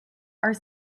are